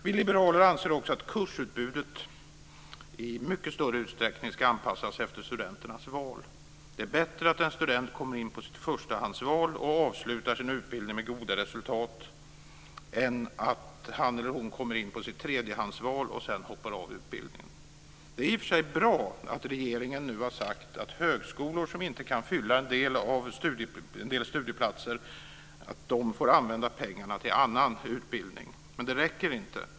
Vi liberaler anser också att kursutbudet i mycket större utsträckning ska anpassas efter studenternas val. Det är bättre att en student kommer in på sitt förstahandsval och avslutar sin utbildning med goda resultat än att han eller hon kommer in på sitt tredjehandsval och sedan hoppar av utbildningen. Det är i och för sig bra att regeringen nu har sagt att högskolor som inte kan fylla en del studieplatser får använda pengarna till annan utbildning men det räcker inte.